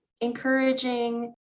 encouraging